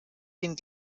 den